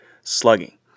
slugging